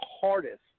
hardest